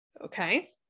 okay